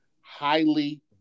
highly